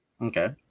Okay